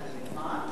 מה?